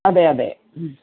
അതെ അതെ